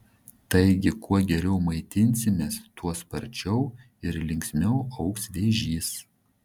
taigi kuo geriau maitinsimės tuo sparčiau ir linksmiau augs vėžys